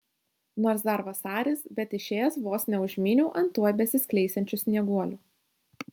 nors dar vasaris bet išėjęs vos neužmyniau ant tuoj besiskleisiančių snieguolių